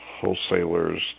wholesalers